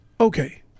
Okay